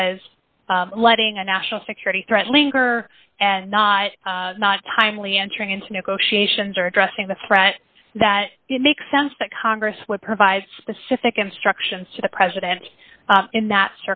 was letting a national security threat linger and not not timely entering into negotiations or addressing the threat that it makes sense that congress would provide specific instructions to the president in that